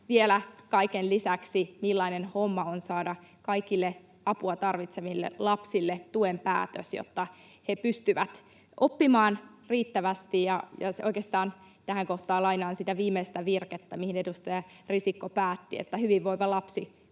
vielä kaiken lisäksi, millainen homma on saada kaikille apua tarvitseville lapsille tuen päätös, jotta he pystyvät oppimaan riittävästi. Oikeastaan tähän kohtaan lainaan sitä viimeistä virkettä, mihin edustaja Risikko päätti: ”Hyvinvoiva lapsi